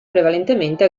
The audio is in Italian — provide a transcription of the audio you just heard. prevalentemente